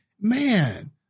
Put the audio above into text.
Man